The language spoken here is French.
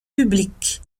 publique